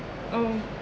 oh